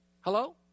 Hello